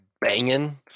banging